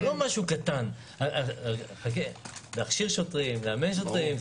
זה לא משהו קטן להכשיר ולאמן שוטרים.